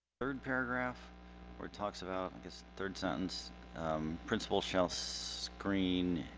third paragraph where it talks about i guess third sentence principals shall screen